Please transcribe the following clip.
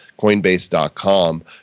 coinbase.com